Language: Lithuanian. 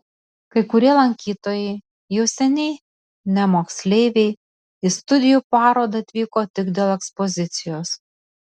kai kurie lankytojai jau seniai ne moksleiviai į studijų parodą atvyko tik dėl ekspozicijos